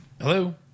Hello